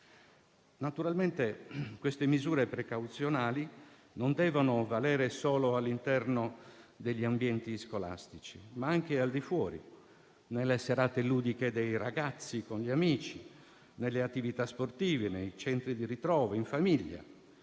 Naturalmente queste misure precauzionali devono valere non solo all'interno degli ambienti scolastici, ma anche al di fuori, nelle serate ludiche dei ragazzi con gli amici, nelle attività sportive, nei centri di ritrovo e in famiglia.